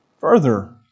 Further